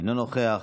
אינו נוכח,